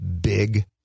big